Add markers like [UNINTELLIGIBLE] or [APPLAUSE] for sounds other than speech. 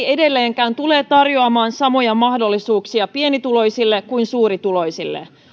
[UNINTELLIGIBLE] edelleenkään tule tarjoamaan samoja mahdollisuuksia pienituloisille kuin suurituloisille